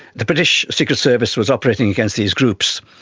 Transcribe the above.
the british secret service was operating against these groups,